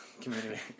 community